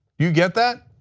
you get that?